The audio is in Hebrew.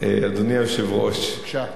אדוני היושב-ראש, בבקשה.